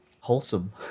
wholesome